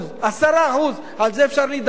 10% על זה אפשר להתדיין,